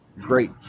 great